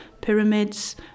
pyramids